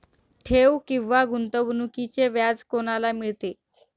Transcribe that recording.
ठेव किंवा गुंतवणूकीचे व्याज कोणाला मिळते?